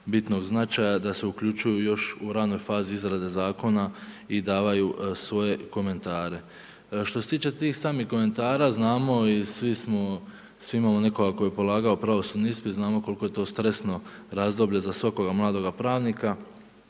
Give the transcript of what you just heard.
bitnog značaja da se uključuju još u ranoj fazi izrade zakona i davaju svoje komentare. Što se tiče tih samih komentara znamo i svi imamo neko, tko je polagao pravosudni ispit znamo koliko je to stresno razdoblje za svakoga mladoga pravnika,